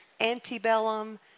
antebellum